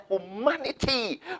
humanity